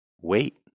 wait